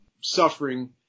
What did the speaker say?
suffering